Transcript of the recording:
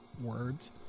words